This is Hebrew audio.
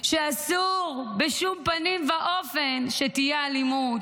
ושאסור בשום פנים ואופן שתהיה אלימות.